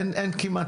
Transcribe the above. אין דרך אחרת.